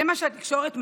זה מה שהתקשורת מראה,